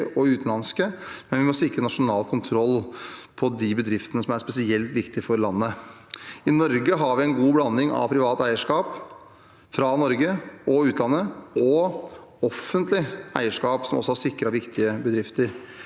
og utenlandske, men vi må sikre nasjonal kontroll på de bedriftene som er spesielt viktige for landet. I Norge har vi en god blanding av privat eierskap – fra Norge og utlandet – og offentlig eierskap, som også har sikret viktige bedrifter.